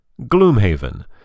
Gloomhaven